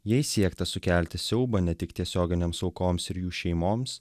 jais siekta sukelti siaubą ne tik tiesioginėms aukoms ir jų šeimoms